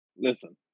Listen